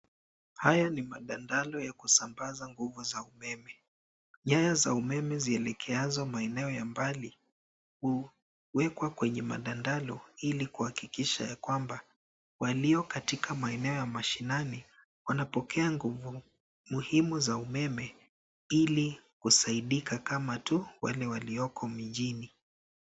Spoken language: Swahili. Haya ni madandalo ya kusambaza nguvu za umeme. Nyaya za umeme zielekeazo maeneo ya mbali huwekwa kwenye madandalo ili kuhakikisha kwamba waliokatika maeneo ya mashinani wanapokea nguvu muhimu za umeme ili kusaidika kama tu wale walioko mijini.